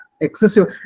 Excessive